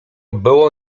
było